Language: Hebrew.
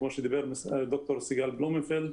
כמו שדיברה ד"ר סיגל בלומנפלד.